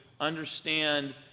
understand